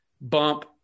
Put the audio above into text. bump